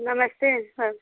नमस्ते सर